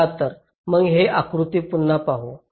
चला तर मग हे आकृती पुन्हा पाहू